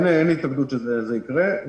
אין לי התנגדות שזה יקרה.